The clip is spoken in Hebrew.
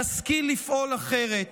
נשכיל לפעול אחרת?